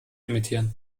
imitieren